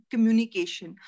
Communication